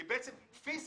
כי בעצם פיזית,